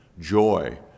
Joy